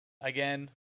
Again